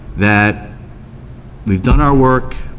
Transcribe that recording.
that we've done our work,